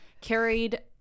carried